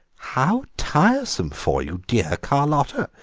how tiresome for you, dear carlotta,